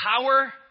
power